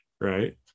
right